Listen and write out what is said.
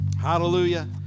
Hallelujah